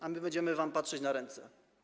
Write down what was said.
A my będziemy wam patrzeć na ręce.